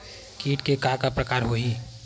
कीट के का का प्रकार हो होही?